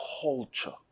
culture